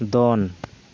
ᱫᱚᱱ